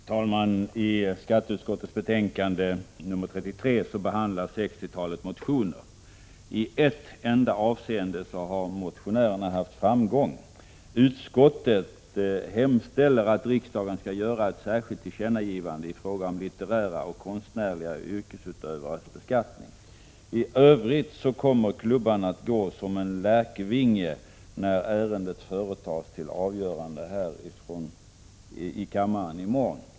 Herr talman! I skatteutskottets betänkande 33 behandlas ett sextiotal motioner. I ett enda avseende har motionärerna haft framgång: Utskottet hemställer att riksdagen skall göra ett särskilt tillkännagivande i fråga om litterära och konstnärliga yrkesutövares beskattning. I övrigt kommer klubban att gå som en lärkvinge när ärendet företas till avgörande i kammaren i morgon.